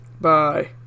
Bye